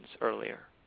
earlier